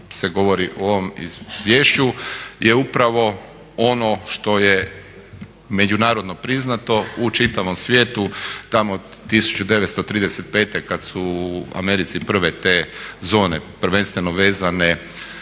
se govori u ovom izvješću je upravo ono što je međunarodno priznato u čitavom svijetu tamo od 1935. kada su u Americi prve te zone, prvenstveno vezane